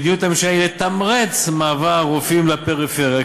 מדיניות הממשלה היא לתמרץ מעבר רופאים לפריפריה,